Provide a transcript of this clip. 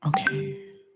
Okay